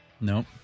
Nope